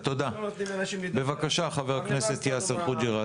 שלו הנרצחת הייתה יהודייה,